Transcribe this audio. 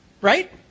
right